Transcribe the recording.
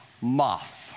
moth